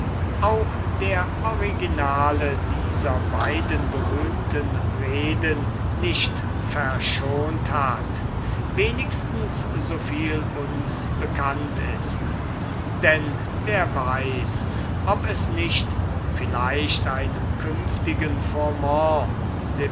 auch der originale dieser beiden berühmten reden nicht verschont hat wenigstens so viel uns bekannt ist denn wer weiß ob es nicht vielleicht einem künftigen